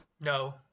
No